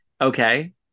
okay